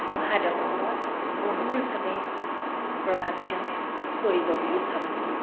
অহা দশকত বহুলভাৱে প্ৰভাৱিত কৰিব বুলি ভাবোঁ